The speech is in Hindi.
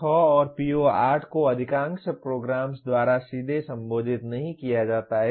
PO6 और PO8 को अधिकांश प्रोग्राम्स द्वारा सीधे संबोधित नहीं किया जाता है